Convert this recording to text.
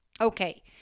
Okay